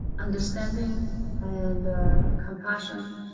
understanding and compassion